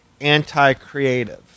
anti-creative